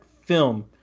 film